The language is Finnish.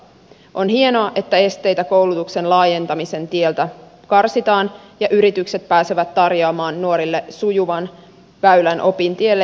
on hienoa että esteitä koulutuksen laajentamisen tieltä karsitaan ja yritykset pääsevät tarjoamaan nuorille sujuvan väylän opintielle ja työelämään